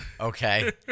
okay